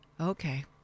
Okay